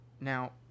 Now